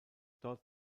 dort